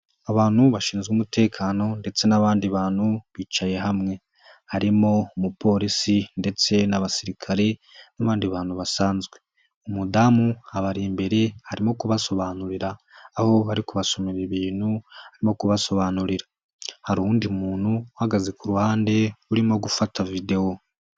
Abantu bashinzwe umutekano ndetse n'abandi bantu bicaye hamwe. Harimo umupolisi ndetse n'abasirikare n'abandi bantu basanzwe. Umudamu habarembe harimo kubasobanurira aho bari kubasomera ibintu no kubasobanurira. hari undi muntu uhagaze ku ruhande urimo gufata videwo.